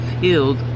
field